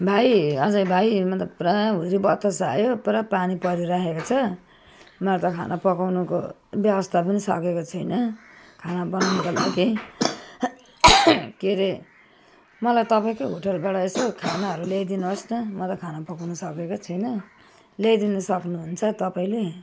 भाइ अजय भाइ म त पुरा हुरी बतास आयो पुरा पानी परिरहेको छ म त खाना पकाउनुको व्यवस्था पनि सकेको छैन खाना बनाउनुको लागि के अरे मलाई तपाईँकै होटलबाट यसो खानाहरू ल्याइदिनु होस् त म त खाना पकाउन सकेको छैन ल्याइदिनु सक्नु हुन्छ तपाईँले